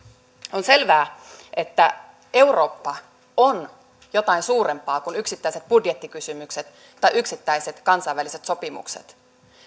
on selvää että eurooppa on jotain suurempaa kuin yksittäiset budjettikysymykset tai yksittäiset kansainväliset sopimukset